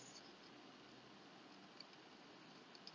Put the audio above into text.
yes